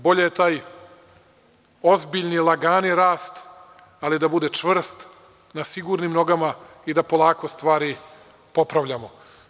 Bolje taj ozbiljni, lagani rast, ali da bude čvrst, na sigurnim nogama i da polako stvari popravljamo.